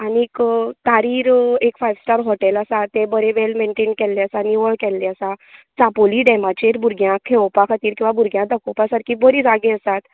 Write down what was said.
आनीक तारीर एक फायव स्टार हॉटेल आसा तें बरें वेल मेंटेन केल्ले आसा बरें निवळ केल्ले आसा चापोळी डेमाचेर भुरग्यांक खेळोपा खातीर किंवा भुरग्यांक खातीर दाखोवपा खातीर बरी जागे आसात